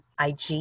ig